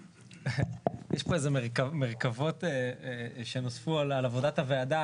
יש פה איזה מרכבות שנוספו על עבודת הוועדה,